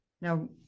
Now